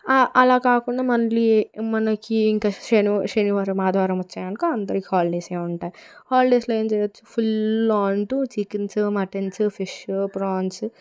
అలాకాకుండా మళ్ళీ మనకి ఇంకా శని శనివారం ఆదివారం వచ్చినాక అందరికీ హాలిడేస్ ఉంటాయి హాలిడేస్లో ఏం చేయొచ్చు full on to chickens muttons fish France